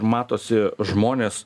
matosi žmonės